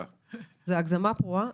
שלבקש ארבעה חודשים זאת הגזמה פרועה,